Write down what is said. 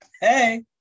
hey